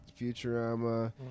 Futurama